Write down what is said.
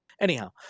anyhow